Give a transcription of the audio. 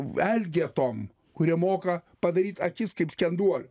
v elgetom kurie moka padaryt akis kaip skenduolių